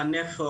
מחנך,